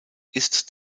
ist